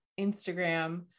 instagram